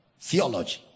theology